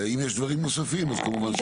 אם יש דברים נוספים אז כמובן שנשמח בהמשך הדרך.